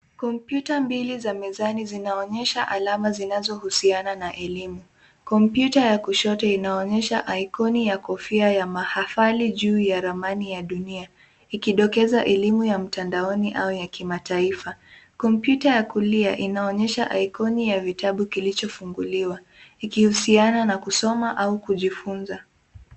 Kompyuta mbili za mezani zinaonyesha alama zinazohusiana na elimu. Kompyuta ya kushoto inaonyesha icon ya kofia ya mahafali juu ya ramani ya dunia ikidokeza elimu ya mtandaoni au ya kimataifa. Kompyuta ya kulia inaonyesha icon ya vitabu kilichofunguliwa ikuhusiana na kusoma au kujifunza.